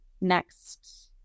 next